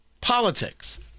politics